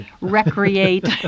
recreate